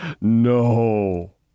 No